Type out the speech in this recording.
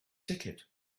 ticket